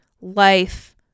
life